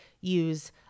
use